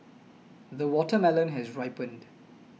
the watermelon has ripened